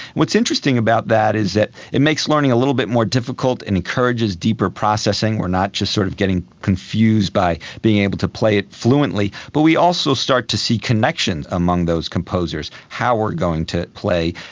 what's interesting about that is that it makes learning a little bit more difficult and encourages deeper processing, we are not just sort of getting confused by being able to play it fluently, but we also start to see connections among those composers, how we are going to play.